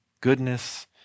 goodness